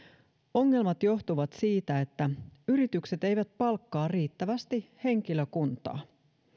ongelmat johtuvat siitä että yritykset eivät palkkaa riittävästi henkilökuntaa